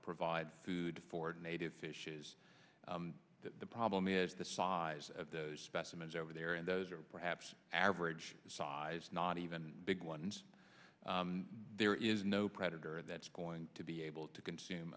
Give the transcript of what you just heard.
provide food for native fishes the problem is the size of the specimens over there and those are perhaps average size not even big ones there is no predator that's going to be able to consume